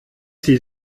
sie